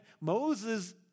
Moses